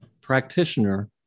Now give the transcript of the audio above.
practitioner